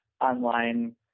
online